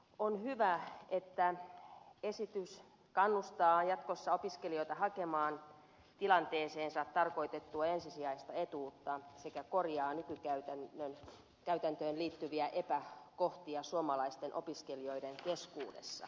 on hyvä että esitys kannustaa jatkossa opiskelijoita hakemaan tilanteeseensa tarkoitettua ensisijaista etuutta sekä korjaa nykykäytäntöön liittyviä epäkohtia suomalaisten opiskelijoiden keskuudessa